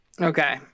Okay